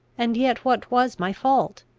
and yet what was my fault?